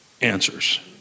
answers